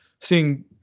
seeing